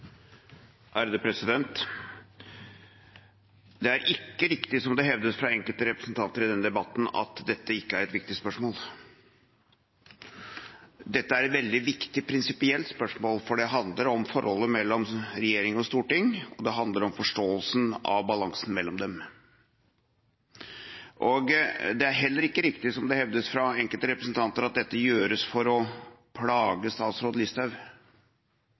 ikke riktig, som det hevdes fra enkelte representanter i denne debatten, at dette ikke er et viktig spørsmål. Dette er et veldig viktig prinsipielt spørsmål, for det handler om forholdet mellom regjering og storting, og det handler om forståelsen av balansen mellom dem. Det er heller ikke riktig, som det hevdes fra enkelte representanter, at dette gjøres for å plage statsråd Listhaug.